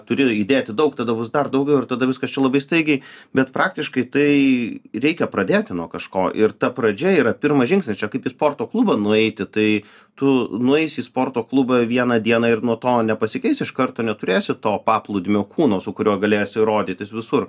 turi įdėti daug tada bus dar daugiau ir tada viskas čia labai staigiai bet praktiškai tai reikia pradėti nuo kažko ir ta pradžia yra pirmas žingsnis čia kaip į sporto klubą nueiti tai tu nueisi į sporto klubą vieną dieną ir nuo to nepasikeis iš karto neturėsi to paplūdimio kūno su kuriuo galėsiu rodytis visur